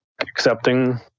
accepting